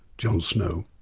john snow.